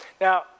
Now